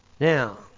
Now